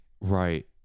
right